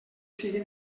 sigui